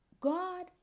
God